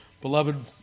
Beloved